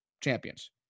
champions